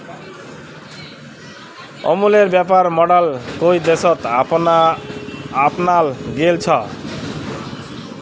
अमूलेर व्यापर मॉडल कई देशत अपनाल गेल छ